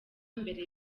mbere